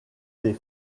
des